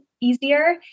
easier